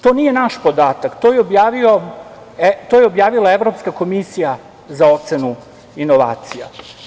To nije naš podatak to je objavila Evropska komisija za ocenu inovacija.